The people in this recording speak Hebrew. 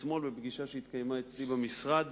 אתמול בפגישה שהתקיימה אצלי במשרד